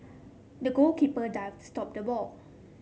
the goalkeeper dived to stop the ball